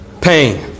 pain